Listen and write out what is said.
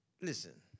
listen